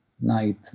night